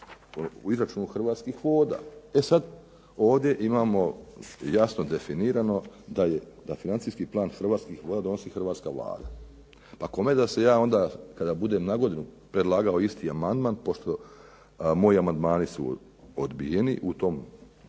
u izračunu hrvatskih voda. E sad ovdje imamo jasno definirano da financijski plan hrvatskih voda donosi hrvatska Vlada. Pa kome da se ja onda kada budem nagodinu predlagao isti amandman pošto moji amandmani su odbijeni u tom